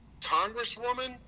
Congresswoman